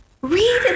Read